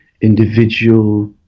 individual